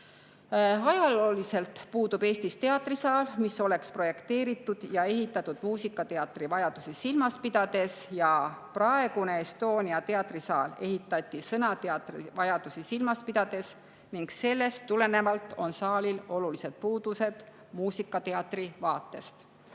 Ajalooliselt puudub Eestis teatrisaal, mis oleks projekteeritud ja ehitatud muusikateatri vajadusi silmas pidades. Praegune Estonia teatrisaal ehitati sõnateatri vajadusi silmas pidades ning sellest tulenevalt on saalil olulised puudused muusikateatri vaatest.